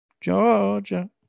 Georgia